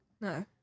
no